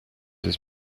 his